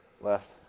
Left